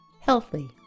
healthy